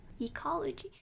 ecology